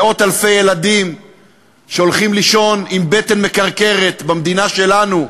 מאות-אלפי ילדים שהולכים לישון עם בטן מקרקרת במדינה שלנו,